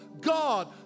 God